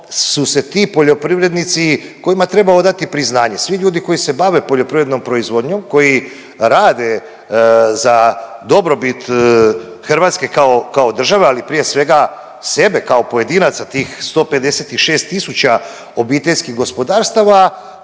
su se ti poljoprivrednici, kojima treba odati priznanje, svi ljudi koji se bave poljoprivrednom proizvodnjom koji rade za dobrobit Hrvatske kao države, ali prije svega sebe kao pojedinaca tih 156 tisuća obiteljskih gospodarstava